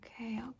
okay